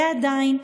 ועדיין,